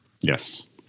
Yes